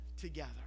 together